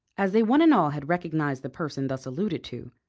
as they one and all had recognised the person thus alluded to,